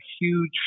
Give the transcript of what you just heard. huge